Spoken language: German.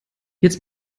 jetzt